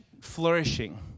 flourishing